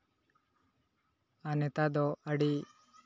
ᱟᱨ ᱱᱮᱛᱟᱨ ᱫᱚ ᱟᱹᱰᱤ